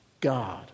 God